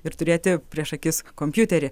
ir turėti prieš akis kompiuterį